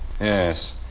Yes